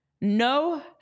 No